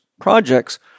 projects